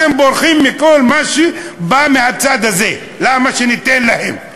אתם בורחים מכל מה שבא מהצד הזה: למה שניתן להם?